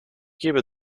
gebe